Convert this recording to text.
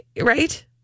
Right